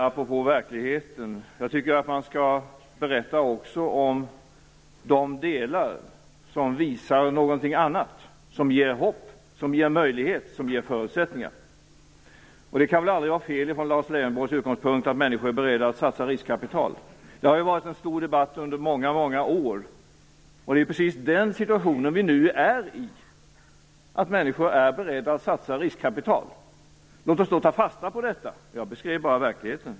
Apropå verkligheten tycker jag att man också skall berätta om de delar som visar något annat och som ger hopp, möjligheter och förutsättningar. Det kan väl aldrig vara fel från Lars Leijonborgs utgångspunkt att människor är beredda att satsa riskkapital. Det har ju varit en stor debatt under många år. Det är precis den situationen som vi nu befinner oss i, att människor är beredda att satsa riskkapital. Låt oss då ta fasta på detta. Jag beskrev bara verkligheten.